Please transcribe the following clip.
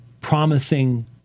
promising